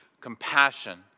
compassion